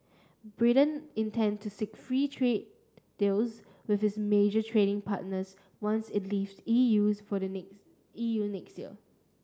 Britain intend to seek free trade deals with its major trading partners once it leaves E U S for the next E U next year